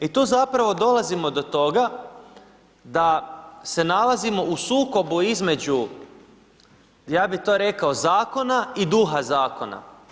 I tu zapravo dolazimo do toga da se nalazimo u sukobu između ja bi to rekao zakona i duha zakona.